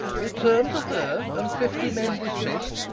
return to her, and fifty men dismiss'd?